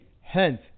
Hence